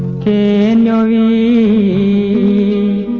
k a a